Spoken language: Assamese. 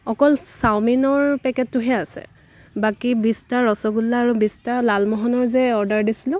অকল চাওমিনৰ পেকেটটোহে আছে বাকী বিছটা ৰচগোল্লা আৰু বিছটা লালমোহনৰ যে অৰ্ডাৰ দিছিলোঁ